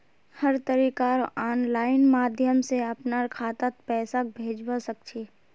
हर तरीकार आनलाइन माध्यम से अपनार खातात पैसाक भेजवा सकछी